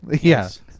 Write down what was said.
Yes